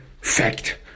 fact